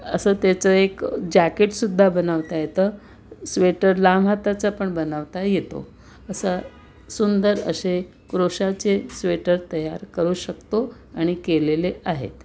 असं त्याचं एक जॅकेटसुद्धा बनवता येतं स्वेटर लांब हाताचा पण बनवता येतो असा सुंदर असे क्रोशाचे स्वेटर तयार करू शकतो आणि केलेले आहेत